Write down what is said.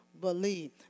Believe